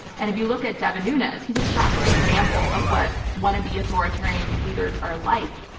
and if you look at devin nunes, he's a classic example of what wannabe authoritarian leaders are like.